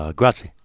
grazie